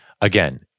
again